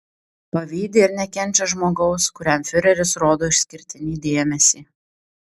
pavydi ir nekenčia žmogaus kuriam fiureris rodo išskirtinį dėmesį